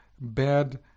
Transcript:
bad